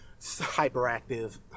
hyperactive